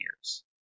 years